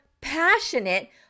passionate